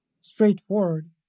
straightforward